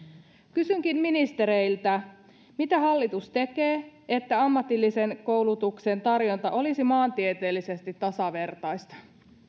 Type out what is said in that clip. kysynkin ministereiltä mitä hallitus tekee että ammatillisen koulutuksen tarjonta olisi maantieteellisesti tasavertaista